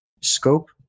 scope